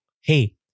hey